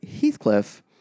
Heathcliff